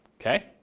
Okay